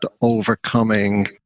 overcoming